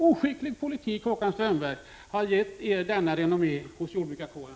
Oskicklig politik, Håkan Strömberg, har givit er dåligt renommé hos jordbrukarkåren.